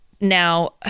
Now